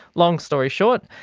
long story short,